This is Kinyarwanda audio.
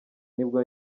nibwo